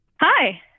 Hi